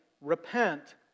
Repent